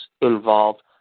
involved